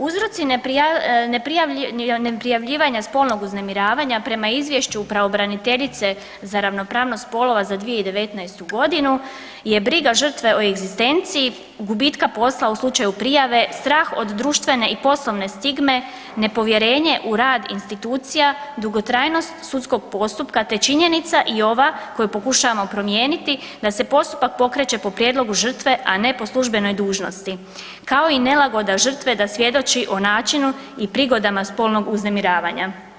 Uzroci neprijavljivanja spolnog uznemiravanja prema izvješću pravobraniteljice za ravnopravnost spolova za 2019. g. je briga žrtve o egzistenciji, gubitka posla u slučaju prijave, strah od društvene i poslovne stigme, nepovjerenje u rad institucija, dugotrajnost sudskog postupka te činjenica i ova koju pokušavamo promijeniti, da se postupak pokreće po prijedlogu žrtve a ne po službenoj dužnosti kao i nelagode žrtve da svjedoči o načinu i prigodama spolnog uznemiravanja.